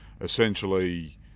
Essentially